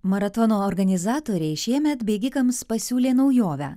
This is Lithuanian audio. maratono organizatoriai šiemet bėgikams pasiūlė naujovę